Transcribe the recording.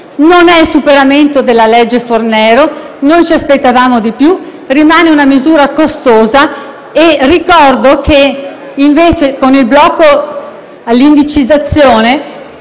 Non è il superamento della legge Fornero. Noi ci aspettavamo di più. Rimane una misura costosa e ricordo che con il blocco dell'indicizzazione